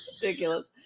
Ridiculous